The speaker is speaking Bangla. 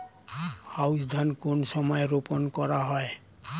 আউশ ধান কোন সময়ে রোপন করা হয়?